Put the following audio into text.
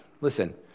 Listen